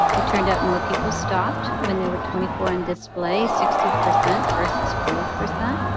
it turned out more people stopped when they were twenty four on display sixty percent versus forty percent.